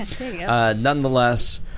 Nonetheless